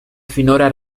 finora